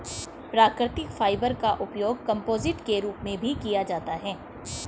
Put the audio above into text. प्राकृतिक फाइबर का उपयोग कंपोजिट के रूप में भी किया जाता है